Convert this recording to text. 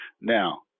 Now